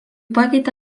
pakeitė